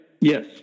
yes